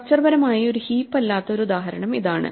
structure പരമായി ഒരു heap അല്ലാത്ത ഒരു ഉദാഹരണം ഇതാണ്